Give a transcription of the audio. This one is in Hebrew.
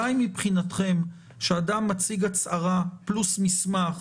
די מבחינתכם שאדם מציג הצהרה, פלוס מסמך,